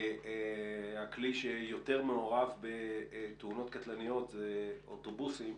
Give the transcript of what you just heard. הכלי שיותר מעורב בתאונות קטלניות זה אוטובוסים.